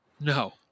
No